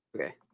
Okay